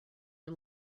are